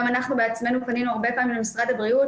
גם אנחנו בעצמנו פנינו הרבה פעמים למשרד הבריאות